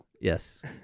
Yes